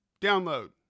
download